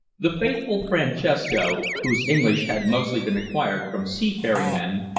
the faithful francesco, whose english had mostly been acquired from sea-faring men,